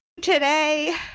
today